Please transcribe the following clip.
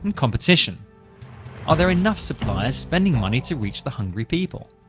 and competition are there enough suppliers spending money to reach the hungry people?